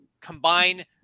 combine